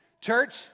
Church